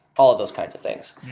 all of those kinds of things.